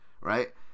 right